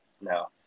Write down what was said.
no